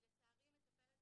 לצערי, אני מטפלת